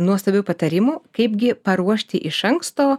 nuostabių patarimų kaipgi paruošti iš anksto